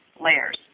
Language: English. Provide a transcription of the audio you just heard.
layers